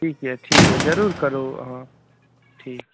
ठीक अछि ठीक अछि जरुर करू अहाँ ठीक